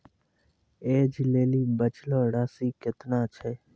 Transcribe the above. ऐज लेली बचलो राशि केतना छै?